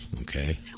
Okay